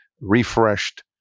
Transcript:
refreshed